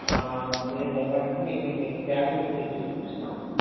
మీరేం భయపడకండి మీ మీ బ్యాగ్ మీకు తెచ్చి మీకు ఇప్పిస్తామండీ